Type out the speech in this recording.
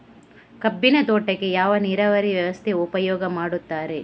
ಕಬ್ಬಿನ ತೋಟಕ್ಕೆ ಯಾವ ನೀರಾವರಿ ವ್ಯವಸ್ಥೆ ಉಪಯೋಗ ಮಾಡುತ್ತಾರೆ?